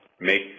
make